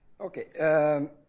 Okay